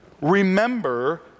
remember